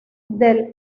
del